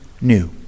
new